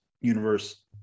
universe